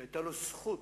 שהיתה לו זכות